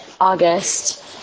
August